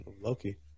Loki